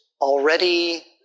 already